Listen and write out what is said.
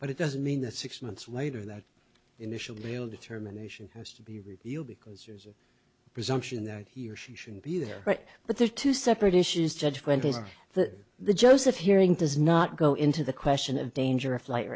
but it doesn't mean that six months later that initial real determination has to be reviewed because there's a presumption that he or she shouldn't be there but there are two separate issues judgment is that the joseph hearing does not go into the question of danger a flight